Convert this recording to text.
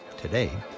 today,